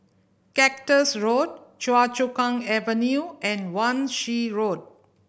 Cactus Road Choa Chu Kang Avenue and Wan Shih Road